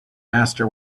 master